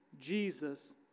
Jesus